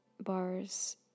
bars